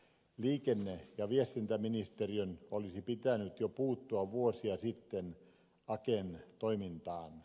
liikenne ja viestintäministeriön olisi pitänyt puuttua jo vuosia sitten aken toimintaan